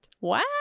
Wow